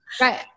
Right